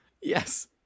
Yes